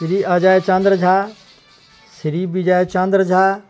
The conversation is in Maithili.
श्री अजयचन्द्र झा श्री विजयचन्द्र झा